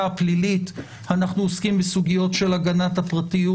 הפלילית אנחנו עוסקים בסוגיות של הגנת הפרטיות